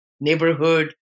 neighborhood